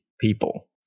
people